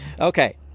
Okay